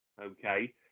okay